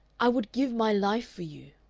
i would give my life for you.